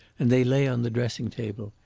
and they lay on the dressing-table.